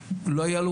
לא היה לו